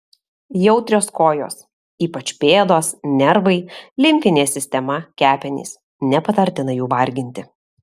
jautrios kojos ypač pėdos nervai limfinė sistema kepenys nepatartina jų varginti